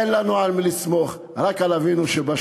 אין לנו על מי לסמוך, רק על אבינו שבשמים.